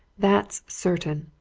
that's certain!